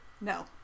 No